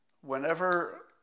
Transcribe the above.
Whenever